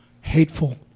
hateful